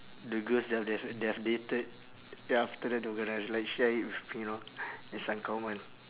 the girls that they have they have dated then after that they gonna like share it with me know it's uncommon